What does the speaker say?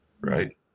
right